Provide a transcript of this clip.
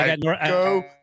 Go